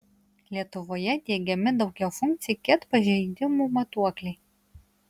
lietuvoje diegiami daugiafunkciai ket pažeidimų matuokliai